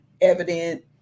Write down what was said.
evident